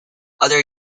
other